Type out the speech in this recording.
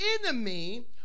enemy